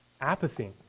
apathy